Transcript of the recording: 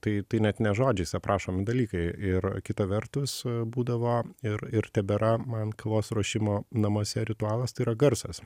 tai tai net ne žodžiais aprašomi dalykai ir kita vertus būdavo ir ir tebėra man kavos ruošimo namuose ritualas tai yra garsas